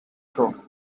show